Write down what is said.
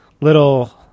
little